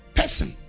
person